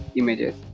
images